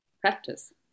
practice